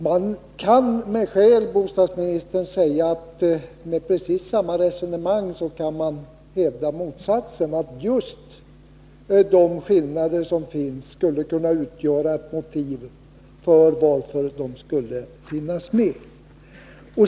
Man kan med skäl säga, bostadsministern, att med precis samma resonemang kan man hävda motsatsen, att just de skillnader som finns skulle kunna utgöra motiv till att de skulle finnas med.